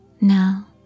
Now